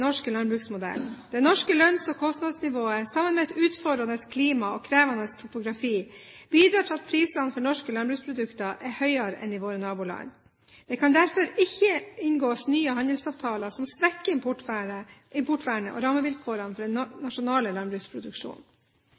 norske landbruksmodellen. Det norske lønns- og kostnadsnivået sammen med et utfordrende klima og krevende topografi bidrar til at prisene for norske landbruksprodukter er høyere enn i våre naboland. Det kan derfor ikke inngås nye handelsavtaler som svekker importvernet og rammevilkårene for den nasjonale landbruksproduksjonen.